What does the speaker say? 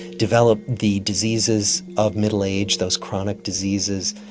developed the diseases of middle age, those chronic diseases,